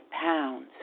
pounds